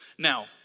Now